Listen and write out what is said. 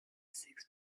six